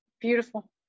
beautiful